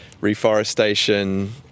reforestation